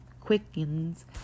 quickens